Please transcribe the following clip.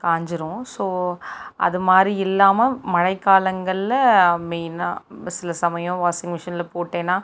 காஞ்சிடும் so அதுமாதிரி இல்லாமல் மழைக்காலங்களில் மெயினாக சில சமயம் வாஷிங் மிஷினில் போட்டேம்னா